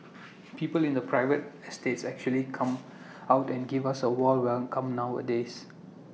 people in private estates actually come out and give us A warm welcome nowadays